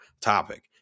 topic